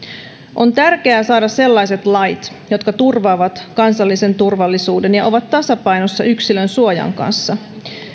on tärkeää saada sellaiset lait jotka turvaavat kansallisen turvallisuuden ja ovat tasapainossa yksilönsuojan kanssa